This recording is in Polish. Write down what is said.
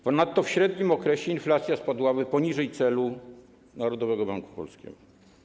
Ponadto w średnim okresie inflacja spadłaby poniżej celu Narodowego Banku Polskiego.